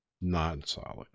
non-solid